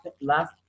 last